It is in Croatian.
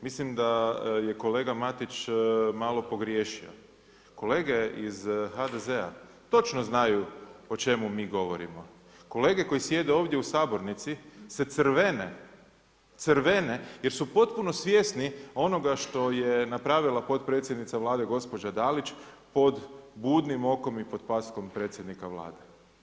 Mislim da je kolega Matić malo pogriješio, kolege iz HDZ-a točno znaju o čemu mi govorimo, kolege koji sjede ovdje u sabornici se crvene jer su potpuno svjesni onoga što je napravila potpredsjednica Vlade gospođa DAlić pod budnim okom i paskom predsjednika Vlade.